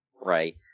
Right